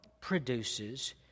produces